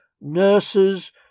nurses